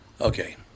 Okay